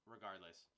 Regardless